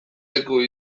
leku